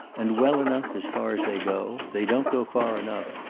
and well enough as far as they go. they don't go far enough.